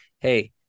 hey